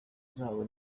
zabo